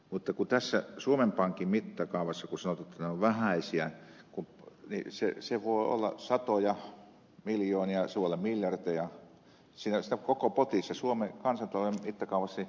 mutta kun tässä suomen pankin mittakaavassa sanotaan jotta ne ovat vähäisiä niin se voi olla satoja miljoonia se voi olla miljardeja siinä koko potissa suomen kansantalouden mittakaavassa se voi olla